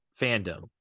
fandom